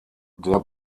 der